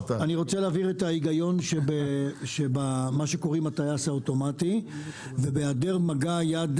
להבהיר את ההיגיון במה שקוראים הטייס האוטומטי ובהיעדר מגע יד,